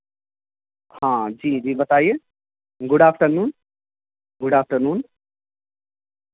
ہاں جی جی بتائیے good afternoon good after نون